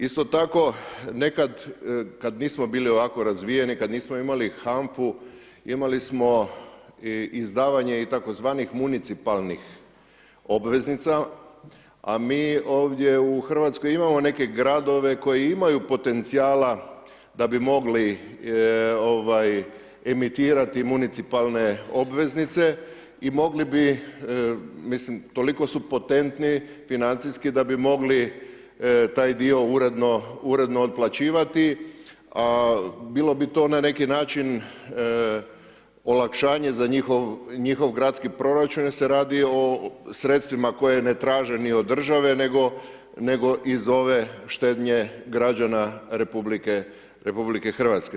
Isto tako nekad kad nismo bili ovako razvijeni, kad nismo imali HANF-u, imali smo izdavanje i tzv. municipalnih obveznica, a mi ovdje u Hrvatskoj imamo neke gradove koji imaju potencijala da bi mogli emitirati municipalne obveznice i mogli bi, toliko su potentni, financijski da bi mogli taj dio uredno otplaćivati, a bilo bi to na neki način olakšanje za njihov gradski proračun jer se radi o sredstvima koje ne traže ni od države nego iz ove štednje građana Republike Hrvatske.